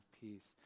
peace